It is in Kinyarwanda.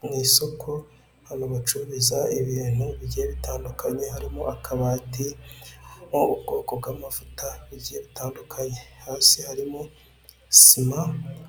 Mu isoko, hantu bacururiza ibintu bigiye bitandukanye, harimo akabati, n'ubwoko bw'amavuta bigiye bitandukanye. Hasi harimo sima,